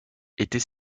était